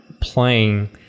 playing